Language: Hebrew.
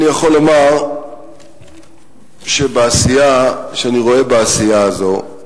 אני יכול לומר שאני רואה בעשייה הזאת,